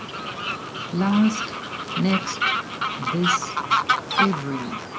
last next this every